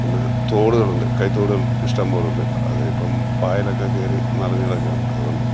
പിന്നെ തോടുകളുണ്ട് കൈതോടുകൾ ഇഷ്ടം പോലെ ഉണ്ട് അതിപ്പം പായലൊക്കെ കയറി നിറഞ്ഞു കിടക്കുവാണ് അതുകൊണ്ട്